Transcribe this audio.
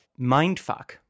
mindfuck